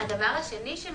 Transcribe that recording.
גם עורך הדין פלג.